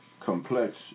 complex